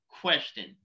question